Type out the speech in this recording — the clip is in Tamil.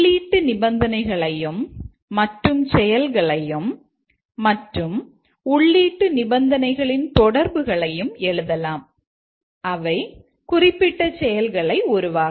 உள்ளீட்டு நிபந்தனைகளையும் மற்றும் செயல்களையும் மற்றும் உள்ளீட்டு நிபந்தனைகளின் தொடர்புகளையும் எழுதலாம் அவை குறிப்பிட்ட செயல்களை உருவாக்கும்